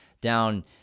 down